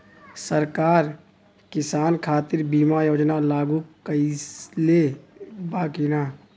सरकार किसान खातिर बीमा योजना लागू कईले बा की ना?